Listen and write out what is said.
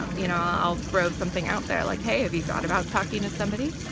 um you know i'll throw something out there like, hey, have you thought about talking to somebody?